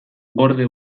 gorde